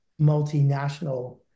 multinational